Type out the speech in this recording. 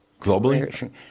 Globally